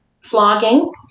flogging